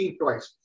twice